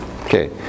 Okay